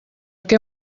què